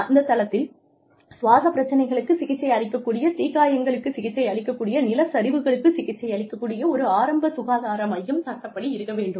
அந்த தளத்தில் சுவாச பிரச்சினைகளுக்கு சிகிச்சை அளிக்கக் கூடிய தீக்காயங்களுக்கு சிகிச்சை அளிக்கக் கூடிய நிலச் சரிவுகளுக்குச் சிகிச்சை அளிக்கக் கூடிய ஒரு ஆரம்ப சுகார மையம் சட்டப்படி இருக்க வேண்டும்